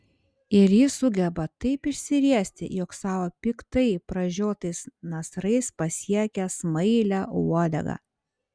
ir ji sugeba taip išsiriesti jog savo piktai pražiotais nasrais pasiekia smailią uodegą